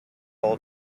all